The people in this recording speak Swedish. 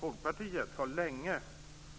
Folkpartiet har länge